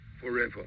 forever